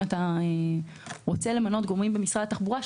אם אתה רוצה למנות גורמים במשרד התחבורה,